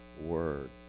word